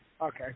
Okay